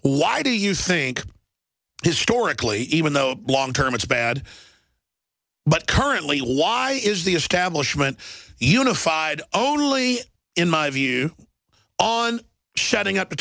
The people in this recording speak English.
why do you think historically even though long term it's bad but currently why is the establishment unified only in my view on shutting up the